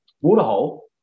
waterhole